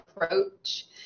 approach